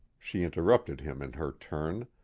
she interrupted him in her turn.